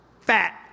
fat